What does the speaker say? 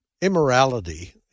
immorality